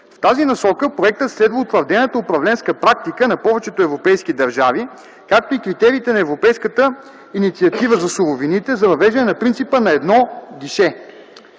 В тази насока проектът следва утвърдената управленска практика на повечето европейски държави, както и критериите на европейската „Инициатива за суровините” за въвеждане на принципа „на едно гише”.